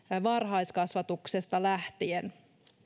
varhaiskasvatuksesta lähtien